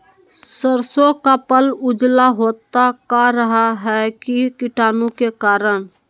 सरसो का पल उजला होता का रहा है की कीटाणु के करण?